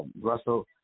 Russell